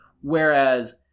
Whereas